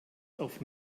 auf